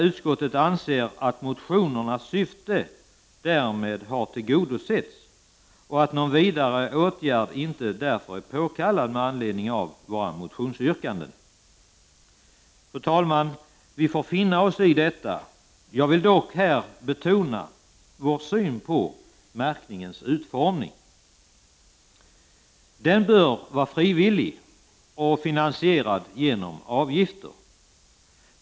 Utskottet anser att motionernas syfte därmed har tillgodosetts och att någon vidare åtgärd därför inte är påkallad med anledning av våra yrkanden. Fru talman! Vi får finna oss i detta. Jag vill dock här betona vår syn på märkningens utformning. Den bör vara frivillig och finansieras genom avgifter.